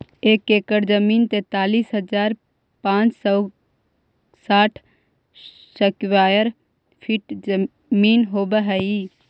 एक एकड़ जमीन तैंतालीस हजार पांच सौ साठ स्क्वायर फीट जमीन होव हई